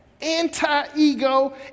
anti-ego